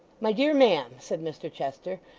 my dear ma'am said mr chester,